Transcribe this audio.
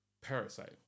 Parasite